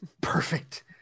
perfect